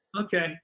Okay